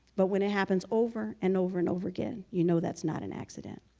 but when it happens over and over and over again, you know, that's not an accident.